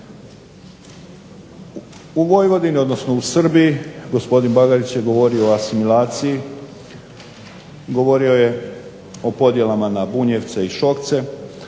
U Vojvodini, u Srbiji, gospodin Bagarić je govori o asimilaciji, govorio je o podjelama na bunjevce i šokce,